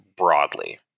broadly